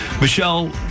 Michelle